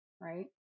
right